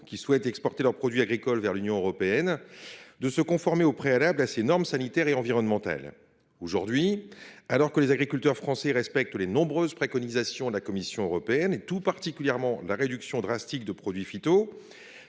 qui souhaitent exporter leurs produits agricoles vers l’Union européenne de se conformer au préalable à ses normes sanitaires et environnementales. Aujourd’hui, alors que les agriculteurs français respectent les nombreuses préconisations de la Commission européenne, tout particulièrement la réduction drastique de produits